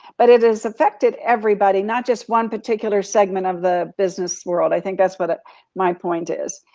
but it is affected everybody, not just one particular segment of the business world, i think that's what my point is.